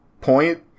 point